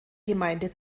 gemeinde